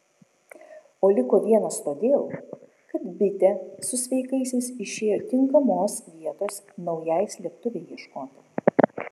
o liko vienas todėl kad bitė su sveikaisiais išėjo tinkamos vietos naujai slėptuvei ieškoti